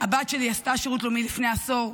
הבת שלי עשתה שירות לאומי לפני עשור,